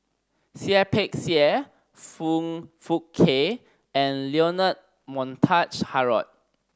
Seah Peck Seah Foong Fook Kay and Leonard Montague Harrod